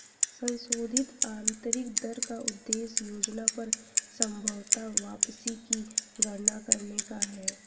संशोधित आंतरिक दर का उद्देश्य योजना पर संभवत वापसी की गणना करने का है